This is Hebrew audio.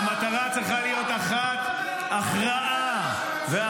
המטרה צריכה להיות אחת: הכרעה -------- שאתה חושב שאתה יודע?